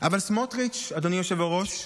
אבל סמוטריץ', אדוני היושב-ראש,